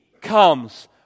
comes